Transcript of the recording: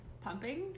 pumping